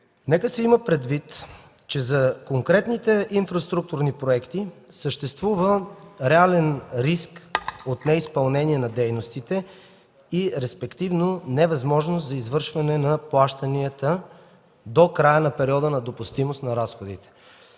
Нека се има предвид, че за конкретните инфраструктурни проекти съществува реален риск от неизпълнение на дейностите и респективно невъзможност за извършване на плащанията до края на периода на допустимост на разходите.